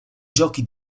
giochi